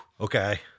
okay